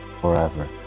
forever